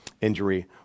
injury